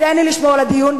תן לי לשמור על הדיון,